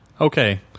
Okay